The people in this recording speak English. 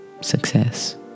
success